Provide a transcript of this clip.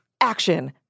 action